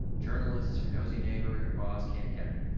journalists, your nosy neighbor, your boss can't get it.